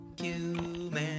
Human